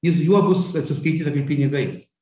jis juo bus atsiskaityta pinigais